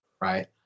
right